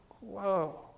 Whoa